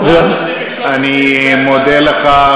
אני מודה לך,